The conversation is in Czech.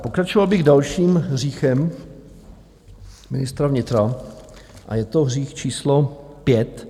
Pokračoval bych dalším hříchem ministra vnitra a je to hřích číslo 5.